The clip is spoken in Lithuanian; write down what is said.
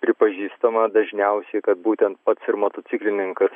pripažįstama dažniausiai kad būtent pats ir motociklininkas